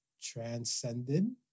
transcended